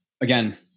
again